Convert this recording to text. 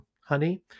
honey